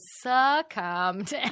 succumbed